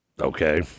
Okay